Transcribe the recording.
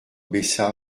baissa